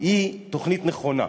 היא תוכנית נכונה.